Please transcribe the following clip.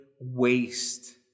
waste